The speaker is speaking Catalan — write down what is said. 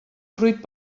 fruit